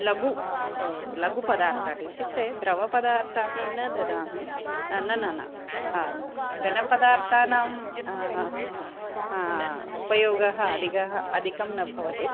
लघु लघु पदार्थाः इत्युक्ते द्रवपदार्थाः न ददामि न न न घनपदार्थानाम् उपयोगः अधिकम् अधिकं न भवति